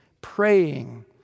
Praying